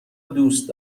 دوست